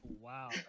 wow